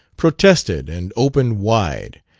protested and opened wide,